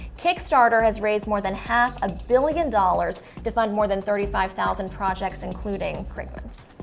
kickstarter has raised more than half a billion dollars to fund more than thirty five thousand projects including krigman's.